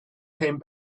came